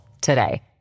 today